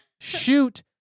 shoot